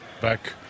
back